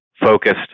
focused